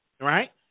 right